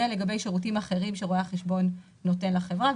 זה לגבי שירותים אחרים שרואה החשבון נותן לחברה,